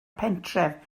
pentref